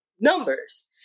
numbers